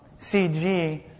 CG